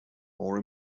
more